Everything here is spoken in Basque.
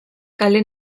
kale